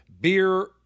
beer